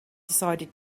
decided